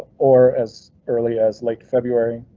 or as early as late february.